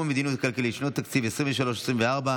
המדיניות הכלכלית לשנות התקציב 2023 ו-2024),